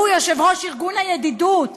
שהוא יושב-ראש ארגון הידידות,